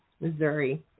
Missouri